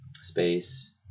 space